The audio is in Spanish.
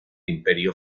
imperio